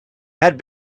had